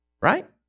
right